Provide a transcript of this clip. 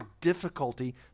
difficulty